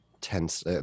tense